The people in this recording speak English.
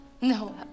No